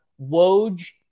Woj